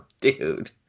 dude